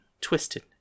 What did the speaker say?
twisted